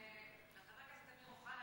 נתקבלה.